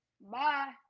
Bye